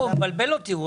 הוא מבלבל אותי.